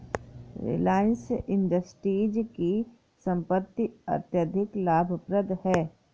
Reliance Industries की संपत्ति अत्यधिक लाभप्रद है